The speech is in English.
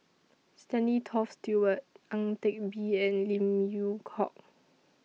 Stanley Toft Stewart Ang Teck Bee and Lim Yew Hock